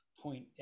point